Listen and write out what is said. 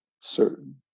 certain